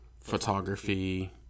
photography